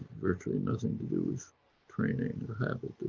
virtually nothing to do with training and habit,